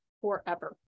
forever